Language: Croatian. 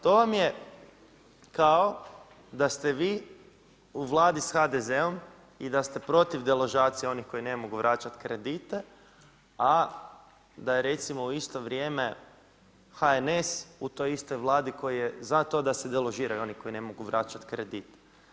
To vam je kao da ste vi u vladi s HDZ-om i da ste protiv deložacije onih koji ne mogu vraćati kredite, a da je recimo u isto vrijeme HNS u toj istoj vladi koja je za to da se deložiraju oni koji ne mogu vraćati kredite.